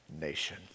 nation